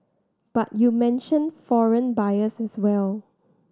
but you mentioned foreign buyers as well